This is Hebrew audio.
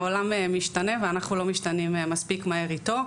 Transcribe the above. העולם משתנה ואנחנו לא משתנים מספיק מהר איתו.